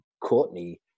Courtney